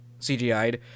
CGI'd